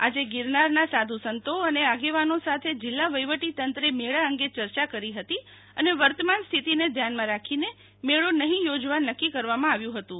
આજે ગિરનારના સાધુ સંતો અને આગેવાનો સાથે જિલ્લા વહીવટી તંત્રે મેળા અંગે ચર્ચા કરી હતી અને વર્તમાન સ્થિતિને ધ્યાનમાં રાખીને મેળો નહીં યોજવા નક્કી કરવામાં આવ્યું હતું